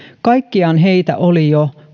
kaikkiaan heitä oli jo